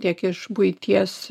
tiek iš buities